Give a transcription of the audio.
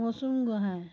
Mousum Gohain